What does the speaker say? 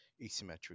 asymmetric